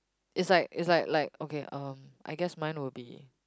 it's like it's like like okay um I guess mine will be